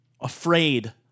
afraid